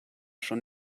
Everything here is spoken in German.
schon